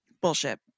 Bullshit